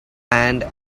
and